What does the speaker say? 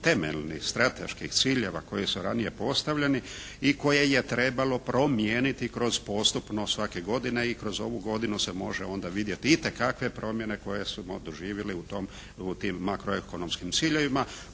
temeljnih strateških ciljeva koji su ranije postavljeni i koje je trebalo promijeniti kroz postupno svake godine i kroz ovu godinu se onda može vidjeti itekakve promjene koje smo doživjeli u tim makroekonomskim ciljevima